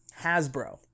Hasbro